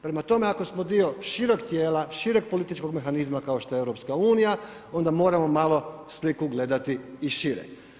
Prema tome, ako smo dio šireg tijela, šireg političkog mehanizma kao što je EU, onda moramo malo sliku gledati i šire.